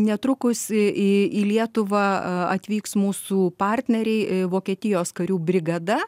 netrukus į į į lietuvą atvyks mūsų partneriai vokietijos karių brigada